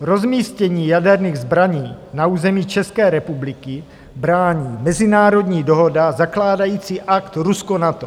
Rozmístění jaderných zbraní na území České republiky brání mezinárodní dohoda, Zakládající akt Rusko NATO.